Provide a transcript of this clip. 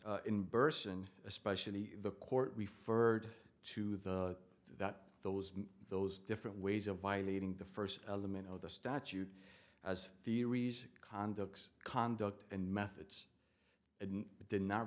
in burson especially the court referred to the that those those different ways of violating the first element of the statute as theories conduct conduct and methods and did not